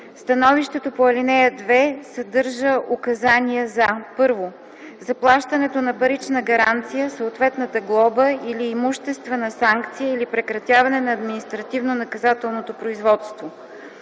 Становището по ал. 2 съдържа указания за: 1. заплащането на парична гаранция, съответната глоба или имуществена санкция или, прекратяване на административнонаказателното производство;